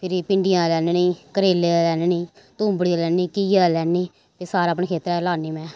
फिरी भिंडियें दा लेआननी करेलें दा लेआननी तूम्बड़ी लैन्नी घिये दा लैन्नी एह् सारा अपनें खेत्तरें दे लान्नी में